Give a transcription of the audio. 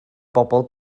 bobl